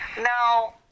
Now